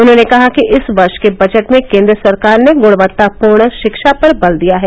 उन्होंने कहा कि इस वर्ष के बजट में केन्द्र सरकार ने गुणवत्तापूर्ण शिक्षा पर बल दिया है